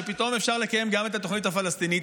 שפתאום אפשר לקיים גם את התוכנית הפלסטינית,